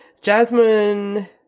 Jasmine